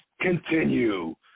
continue